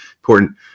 important